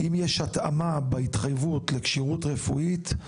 האם יש התאמה בהתחייבות לכשירות רפואית?